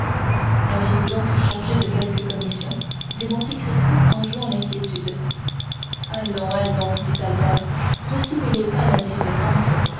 maviez vous donc chargé de quelque commission dit monte cristo en jouant l'inquiétude allons allons dit albert ne simulez pas l'indifférence